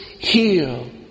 heal